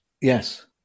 Yes